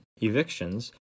evictions